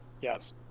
yes